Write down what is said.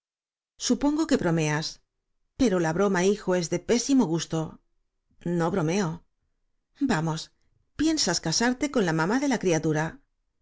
supongo que bromeas pero la broma hijo es de pésimo gusto no bromeo vamos piensas casarte con la mamá de la criatura